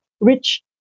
rich